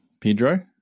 Pedro